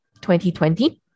2020